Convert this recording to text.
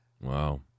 Wow